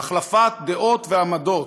החלפת דעות ועמדות,